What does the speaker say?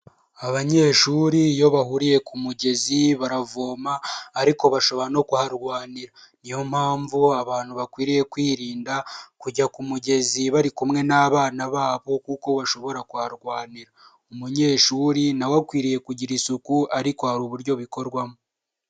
Abanyeshuri iyo bahuriye ku mugezi baravoma ariko bashobora no kuharwanira, niyo mpamvu abantu bakwiriye kwirinda kujya ku mugezi bari kumwe n'abana babo kuko bashobora kuharwanira, umunyeshuri nawe akwiriye kugira isuku ariko hari uburyo bikorwamo.